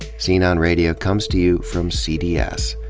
scene on radio comes to you from cds,